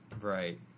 right